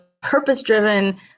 purpose-driven